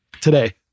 today